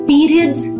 Periods